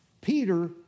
Peter